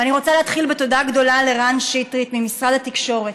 ואני רוצה להתחיל בתודה גדולה לרן שטרית ממשרד התקשורת,